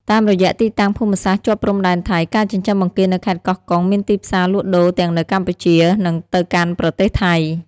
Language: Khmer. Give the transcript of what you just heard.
តាមរយៈទីតាំងភូមិសាស្ត្រជាប់ព្រំដែនថៃ ការចិញ្ចឹមបង្គានៅខេត្តកោះកុងមានទីផ្សារលក់ដូរទាំងនៅកម្ពុជា និងទៅកាន់ប្រទេសថៃ។